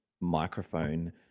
microphone